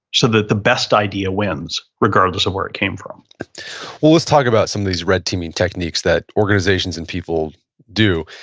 so that the best idea wins regardless of where it came from well, let's talk about some of these red teaming techniques that organizations and people do.